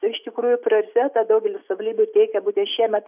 iš tikrųjų prasideda daugelis savivaldybių teikia būtent šiemet